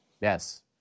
Yes